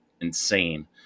insane